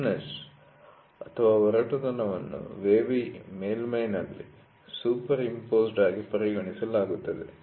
ರಫ್ನೆಸ್ಒರಟುತನ ಅನ್ನು ವೇವಿ ಮೇಲ್ಮೈ'ನಲ್ಲಿ superimposed ಆಗಿ ಪರಿಗಣಿಸಲಾಗುತ್ತದೆ